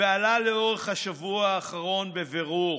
ועלה לאורך השבוע האחרון בבירור: